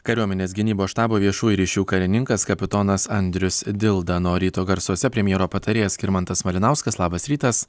kariuomenės gynybos štabo viešųjų ryšių karininkas kapitonas andrius dilda na o ryto garsuose premjero patarėjas skirmantas malinauskas labas rytas